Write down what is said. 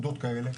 לתוקף.